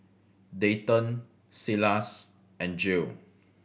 Dayton Silas and Jill